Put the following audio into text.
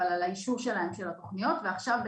אבל על האישור שלהם של התוכניות ועכשיו,